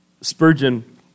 Spurgeon